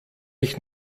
ich